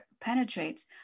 penetrates